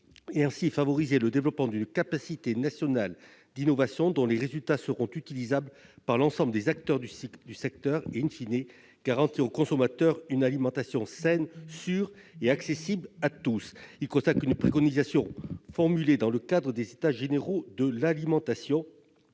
favoriser le développement d'une capacité nationale d'innovation, dont les résultats seront utilisables par l'ensemble des acteurs du secteur, et,, garantir aux consommateurs une alimentation saine, sûre et accessible à tous. Cette proposition consacre une préconisation formulée dans le cadre des États généraux de l'alimentation,